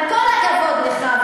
עם כל הכבוד לך,